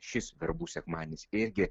šis verbų sekmadienis irgi